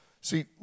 See